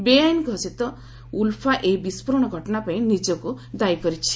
ବେଆଇନ ଘୋଷିତ ଉଲ୍ଫା ଏହି ବିସ୍ଫୋରଣ ଘଟଣା ପାଇଁ ନିଜକୁ ଦାୟୀ କରିଛି